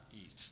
eat